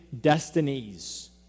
destinies